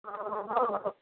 ହଁ ହଁ ହଉ ହଉ